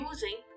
Using